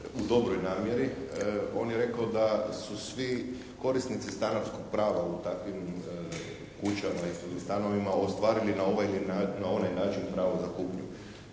u dobroj namjeri. On je rekao da su svi korisnici stanarskog prava u takvim kućama ili stanovima ostvarili na ovaj ili onaj način pravo za kupnju.